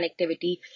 connectivity